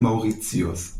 mauritius